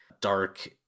dark